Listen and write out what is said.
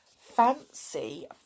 Fancy